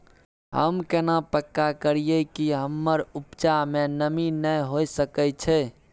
हम केना पक्का करियै कि हमर उपजा में नमी नय होय सके छै?